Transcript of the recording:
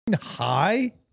high